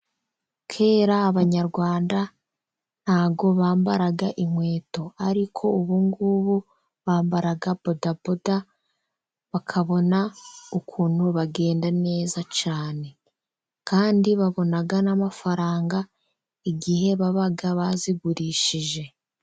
Kera Abanyarwanda ntabwo bambaraga inkweto. Ariko ubungubu bambara bodaboda, bakabona ukuntu bagenda neza cyane. Kandi babona n'amafaranga, igihe baba bazigurishije.